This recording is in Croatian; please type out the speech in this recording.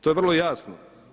To je vrlo jasno.